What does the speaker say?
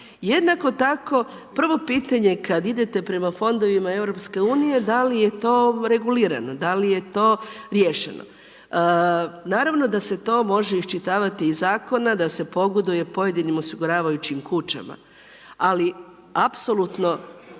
Jednako tako, prvo pitanje kada idete prema fondovima EU da li je to regulirano, da li je to riješeno. Naravno da se to može iščitavati iz zakona da se pogoduje pojedinim osiguravajućim kućama. Ali apsolutno